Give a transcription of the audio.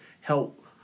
help